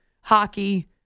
hockey